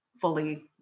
fully